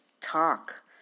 talk